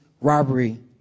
robbery